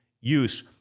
use